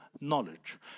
knowledge